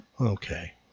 Okay